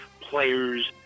players